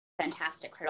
fantastic